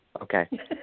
Okay